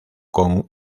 con